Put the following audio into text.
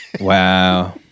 Wow